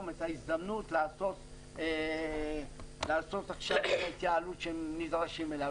את ההזדמנות לעשות עכשיו את ההתייעלות שהם נדרשים לה.